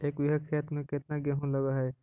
एक बिघा खेत में केतना गेहूं लग है?